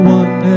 one